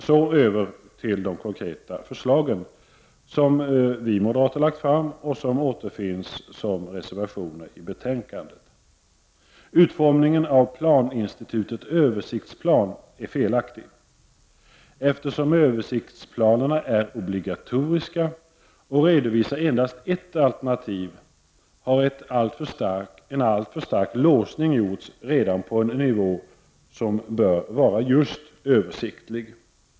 Så till de konkreta förslagen som vi moderater lagt fram och som återfinns som reservationer till detta betänkande. Utformningen av planinstitutet Översiktsplan är felaktig. Eftersom översiktsplanerna är obligatoriska och redovisar endast ett alternativ, har en alltför stark låsning gjorts redan på en nivå som bör vara just översiktlig.